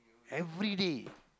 everyday